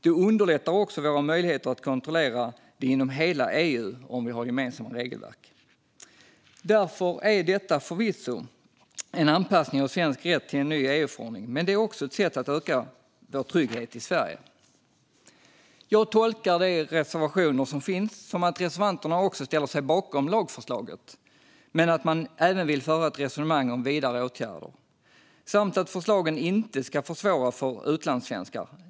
Det underlättar också våra möjligheter att kontrollera detta inom hela EU om vi har gemensamma regelverk. Därför är detta förvisso en anpassning av svensk rätt till en ny EU-förordning, men det är också ett sätt att öka vår trygghet i Sverige. Jag tolkar de reservationer som finns som att reservanterna ställer sig bakom lagförslaget, men att man även vill föra ett resonemang om vidare åtgärder samt att förslagen inte ska försvåra för utlandssvenskar.